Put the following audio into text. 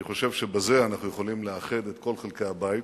אני חושב שבזה אנחנו יכולים לאחד את כל חלקי הבית,